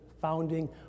founding